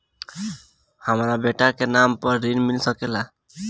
हमरा बेटा के नाम पर ऋण मिल सकेला?